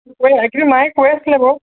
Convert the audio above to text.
এই এইকেইদিন মায়ে কৈ আছিলে বাৰু